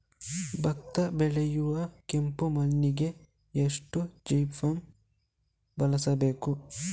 ಭತ್ತ ಬೆಳೆಯುವ ಕೆಂಪು ಮಣ್ಣಿಗೆ ಎಷ್ಟು ಜಿಪ್ಸಮ್ ಬಳಸಬೇಕು?